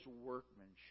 workmanship